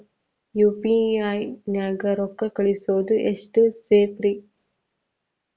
UPI ನ್ಯಾಗ ರೊಕ್ಕ ಕಳಿಸೋದು ಎಷ್ಟ ಸೇಫ್ ರೇ?